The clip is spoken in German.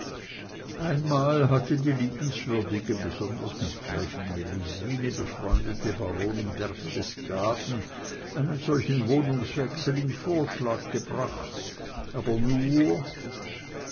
einmal hatte die liebenswürdige besonders mit gräfin melusine befreundete baronin berchtesgaden einen solchen wohnungswechsel in vorschlag gebracht aber nur